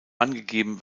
angegeben